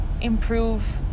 improve